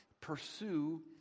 Pursue